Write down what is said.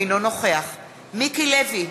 אינו נוכח מיקי לוי,